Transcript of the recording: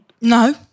No